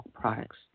products